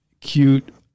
cute